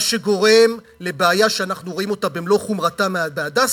מה שגורם לבעיה שאנחנו רואים אותה במלוא חומרתה ב"הדסה",